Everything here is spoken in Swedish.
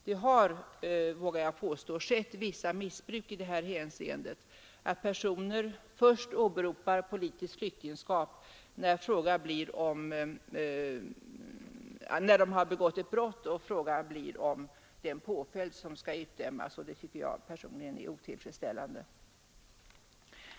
Jag vågar påstå att det har förekommit vissa missbruk i detta hänseende, nämligen att personer först åberopar politiskt flyktingskap, när de har begått ett brott och det blir fråga om den påföljd som skall utdömas. Det tycker jag är otillfredsställande.